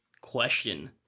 question